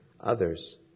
others